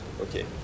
Okay